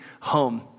home